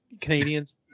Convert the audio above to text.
Canadians